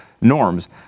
norms